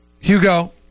Hugo